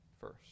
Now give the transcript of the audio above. first